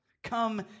Come